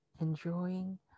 enjoying